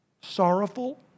sorrowful